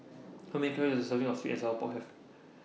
How Many Calories Does A Serving of Sweet and Sour Pork Have